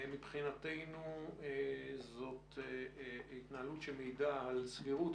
מבחינתנו זו התנהגות שמעידה על סבירות,